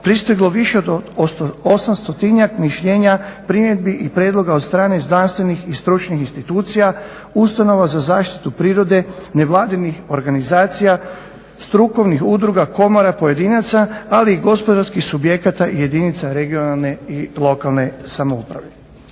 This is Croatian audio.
pristiglo više od osamstotinjak mišljenja, primjedbi i prijedloga od strane znanstvenih i stručnih institucija, ustanova za zaštitu prirode, nevladinih organizacija, strukovnih udruga, komora, pojedinaca ali i gospodarskih subjekata jedinica regionalne i lokalne samouprave.